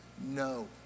No